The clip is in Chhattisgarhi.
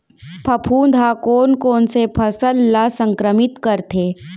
फफूंद ह कोन कोन से फसल ल संक्रमित करथे?